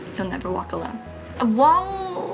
you'll never walk alone ah wong.